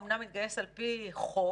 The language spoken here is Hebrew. אומנם מתגייס על-פי חוק,